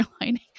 lining